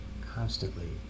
constantly